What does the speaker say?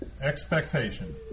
expectation